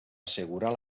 assegurar